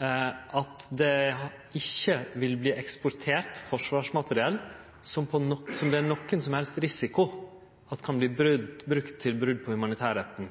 at det ikkje vil verte eksportert forsvarsmateriell som det er nokon som helst risiko kan verte brukt til brot på humanitærretten